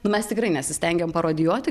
nu mes tikrai nesistengiam parodijuoti